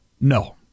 no